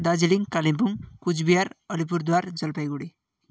Darjeeling Kalimpong Cooch Behar Alipurduar Jalpaiguri